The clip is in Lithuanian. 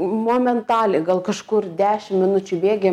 momentaliai gal kažkur dešim minučių bėgyje